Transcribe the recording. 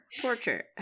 Torture